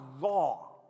law